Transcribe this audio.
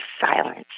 silence